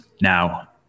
Now